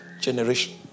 generation